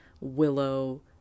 Willow